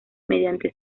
mediante